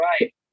right